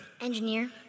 Engineer